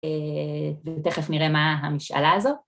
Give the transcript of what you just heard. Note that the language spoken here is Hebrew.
‫ותכף נראה מה המשאלה הזאת.